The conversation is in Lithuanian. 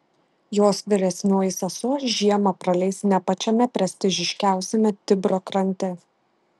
jos vyresnioji sesuo žiemą praleis ne pačiame prestižiškiausiame tibro krante